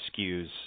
skews